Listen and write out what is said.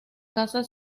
casa